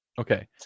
Okay